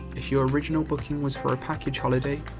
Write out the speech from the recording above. if your original booking was for a package holiday,